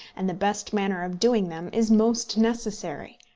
and the best manner of doing them, is most necessary.